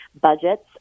budgets